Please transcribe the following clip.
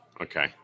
Okay